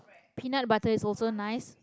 peanut butter is also nice